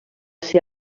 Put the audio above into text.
ser